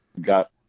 got